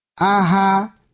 Aha